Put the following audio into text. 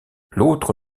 l’autre